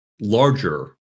larger